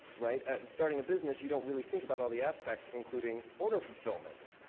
right? starting a business, you don't really think about all the aspects including order fulfillment.